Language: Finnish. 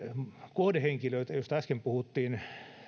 kohdehenkilöitä joista äsken puhuttiin